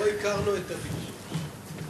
לא הכרנו את הביטוי.